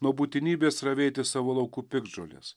nuo būtinybės ravėti savo laukų piktžoles